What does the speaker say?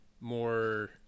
more